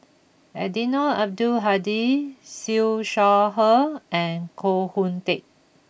Eddino Abdul Hadi Siew Shaw Her and Koh Hoon Teck